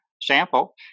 sample